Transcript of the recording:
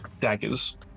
daggers